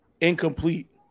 Incomplete